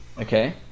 Okay